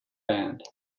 band